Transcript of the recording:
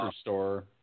store